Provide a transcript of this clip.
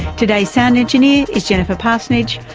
today's sound engineer is jennifer parsonage.